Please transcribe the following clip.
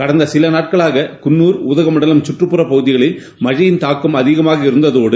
கடந்த சில நாட்களாக குன்னூர் உதகமண்டலம் கற்றுப்பற பகுதிகளில் மழையின் தாக்கம் அதிகமாக இருந்ததோடு